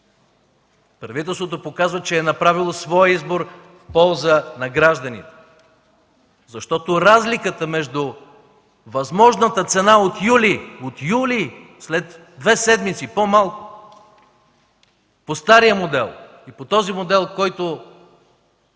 Правителството показва, че е направило своя избор в полза на гражданите. Защото разликата между възможната цена от юли, след по-малко от две седмици, по стария модел и по този модел, който